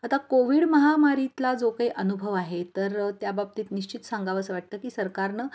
आता कोविड महामारीतला जो काही अनुभव आहे तर त्याबाबतीत निश्चित सांगावंसं वाटतं की सरकारनं